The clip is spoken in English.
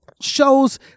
shows